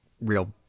real